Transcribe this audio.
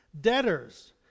Debtors